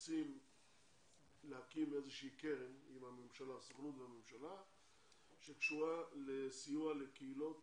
רוצים להקים איזושהי קרן עם הממשלה והסוכנות שקשורה לסיוע לקהילות